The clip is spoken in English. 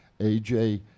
AJ